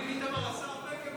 לפחות תקשיב למישהו שמבין בביטחון.